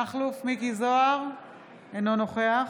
אינו נוכח